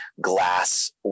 glass